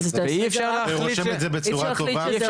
אם רושמים את זה בצורה טובה אי אפשר להחליט שזה